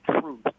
truth